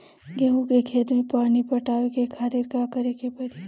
गेहूँ के खेत मे पानी पटावे के खातीर का करे के परी?